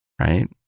right